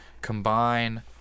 combine